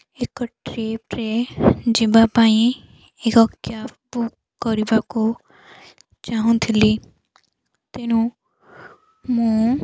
ଏକ ଟ୍ରିପ୍ରେ ଯିବା ପାଇଁ ଏକ କ୍ୟାବ୍ ବୁକ୍ କରିବାକୁ ଚାହୁଁଥିଲି ତେଣୁ ମୁଁ